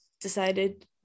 decided